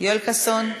יואל חסון,